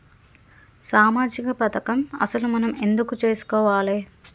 సామాజిక పథకం అసలు మనం ఎందుకు చేస్కోవాలే?